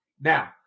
Now